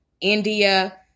india